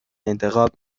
انتخاب